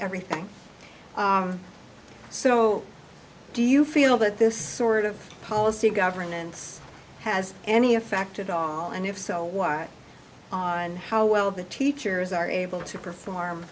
everything so do you feel that this sort of policy governance has any effect at all and if so why on how well the teachers are able to perform